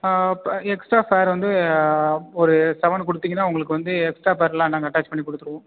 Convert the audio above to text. extra fare வந்து ஒரு செவன்னு கொடுத்தீங்கன்னா உங்களுக்கு வந்து எக்ஸ்ட்ரா ஃபேர்லாம் நாங்கள் அட்டாச் பண்ணிக் கொடுத்துருவோம்